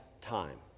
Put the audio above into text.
time